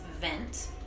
vent